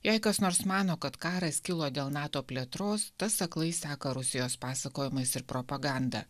jei kas nors mano kad karas kilo dėl nato plėtros tas aklai seka rusijos pasakojimais ir propaganda